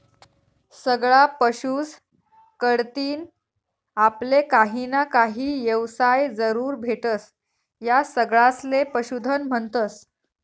सगळा पशुस कढतीन आपले काहीना काही येवसाय जरूर भेटस, या सगळासले पशुधन म्हन्तस